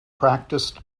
practiced